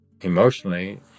emotionally